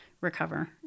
recover